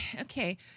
okay